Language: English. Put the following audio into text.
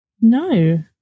No